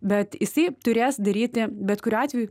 bet jisai turės daryti bet kuriuo atveju